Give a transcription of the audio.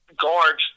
guard